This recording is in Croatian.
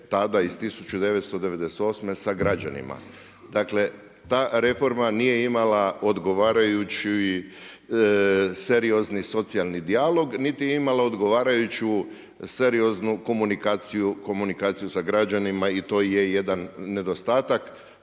tada iz 1998. sa građanima. Dakle, ta reforma nije imala odgovarajući seriozni socijalni dijalog niti je imala odgovarajuću serioznu komunikaciju sa građanima i to je jedan nedostatak.